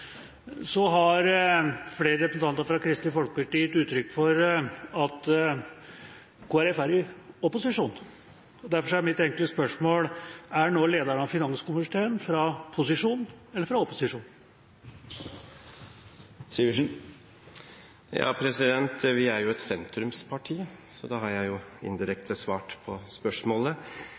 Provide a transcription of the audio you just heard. Så har flere representanter fra Kristelig Folkeparti gitt uttrykk for at Kristelig Folkeparti er i opposisjon. Derfor er mitt enkle spørsmål: Er nå lederen av finanskomiteen fra posisjon eller fra opposisjon? Vi er et sentrumsparti, så da har jeg jo indirekte svart på spørsmålet.